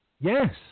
Yes